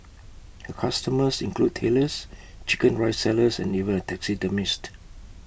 her customers include Tailors Chicken Rice sellers and even A taxidermist